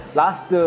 last